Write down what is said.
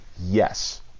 yes